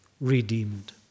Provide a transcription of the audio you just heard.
redeemed